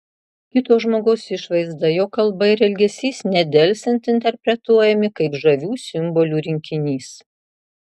kito žmogaus išvaizda jo kalba ir elgesys nedelsiant interpretuojami kaip žavių simbolių rinkinys